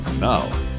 Now